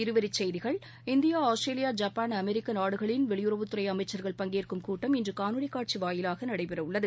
இருவரிச் செய்திகள் India Australia Japan அமெரிக்க நாடுகளின் வெளியுறவுத்துறை அமைச்சர்கள் பங்கேற்கும் கூட்டம் இன்று காணொலிக் காட்சி வாயிலாக நடைபெறவுள்ளது